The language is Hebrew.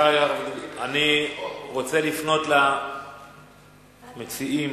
אני רוצה לפנות למציעים,